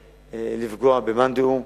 לפגוע במאן דהוא,